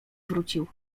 wrócił